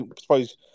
suppose